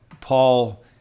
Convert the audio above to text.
Paul